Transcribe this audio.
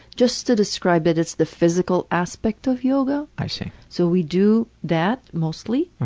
just to describe that it's the physical aspect of yoga. i see. so we do that mostly.